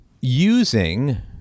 using